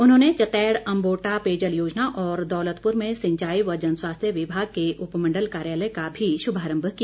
उन्होंने चतैड़ अम्बोटा पेयजल योजना और दौलतपुर में सिंचाई व जन स्वास्थ्य विभाग के उपमण्डल कार्यालय का भी शुभारम्म किया